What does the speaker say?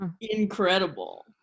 incredible